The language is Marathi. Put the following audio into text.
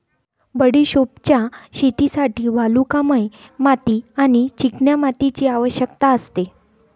बडिशोपच्या शेतीसाठी वालुकामय माती आणि चिकन्या मातीची आवश्यकता असते